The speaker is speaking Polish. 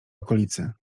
okolicy